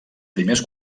primers